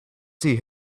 see